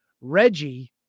Reggie